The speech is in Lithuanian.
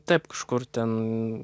taip kažkur ten